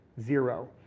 zero